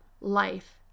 life